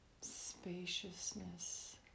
spaciousness